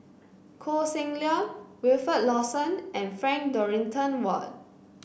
Koh Seng Leong Wilfed Lawson and Frank Dorrington Ward